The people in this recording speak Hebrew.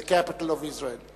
the capital of Israel.